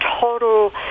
total